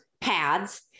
pads